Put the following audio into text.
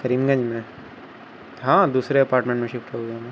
کریم گنج میں ہاں دوسرے اپارٹمنٹ میں شفٹ ہو گیا میں